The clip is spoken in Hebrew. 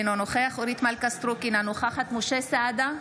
אינו נוכח אורית מלכה סטרוק, אינה נוכחת משה סעדה,